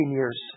years